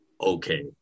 okay